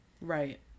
Right